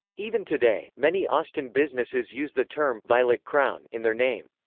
even today, many austin businesses use the term violet crown in their name.